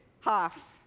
half